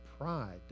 pride